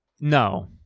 No